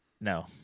No